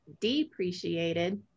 depreciated